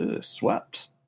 Swept